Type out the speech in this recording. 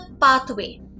pathway